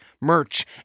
merch